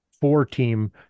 four-team